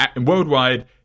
worldwide